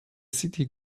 city